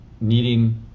needing